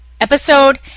episode